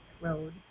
road